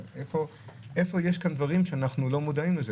איפה יש כאן דברים שאנחנו לא מודעים אליהם?